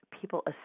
people